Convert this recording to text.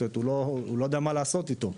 הוא לא יודע מה לעשות אתו.